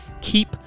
keep